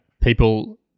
People